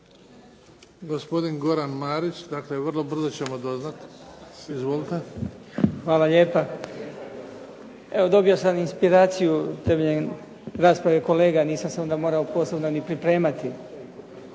Hvala lijepa. Evo, dobio sam inspiraciju temeljem rasprave kolega, nisam se onda morao posebno ni pripremati.